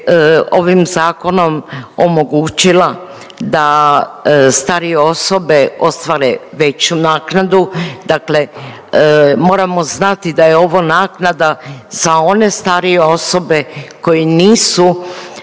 ovim zakonom omogućila da starije osobe ostvare veću naknadu, dakle moramo znati da je ovo naknada za one starije osobe koji nisu